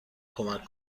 کمک